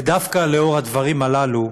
ודווקא לאור הדברים הללו,